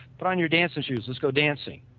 put on your dancing shoes, let's go dancing.